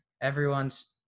Everyone's